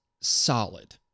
solid